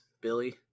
Billy